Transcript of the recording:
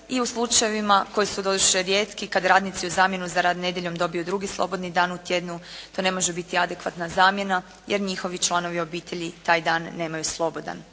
i u slučajevima koji su doduše rijetki, kad radnici u zamjenu za rad nedjeljom dobiju drugi slobodni dan u tjednu, to ne može biti adekvatna zamjena, jer njihovi članovi obitelji taj dan nemaju slobodan.